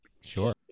Sure